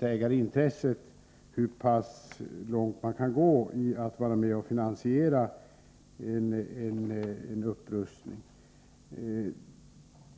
ägarintresset, kan gå när det gäller att vara med och finansiera en upprustning.